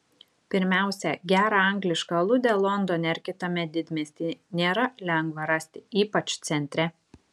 pirmiausia gerą anglišką aludę londone ar kitame didmiestyje nėra lengva rasti ypač centre